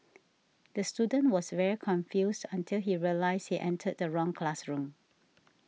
the student was very confused until he realised he entered the wrong classroom